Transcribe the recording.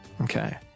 Okay